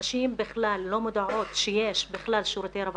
הנשים בכלל לא מודעות לכך שיש שירותי רווחה,